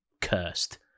cursed